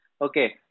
Okay